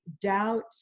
doubt